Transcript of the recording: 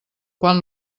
quan